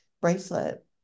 bracelet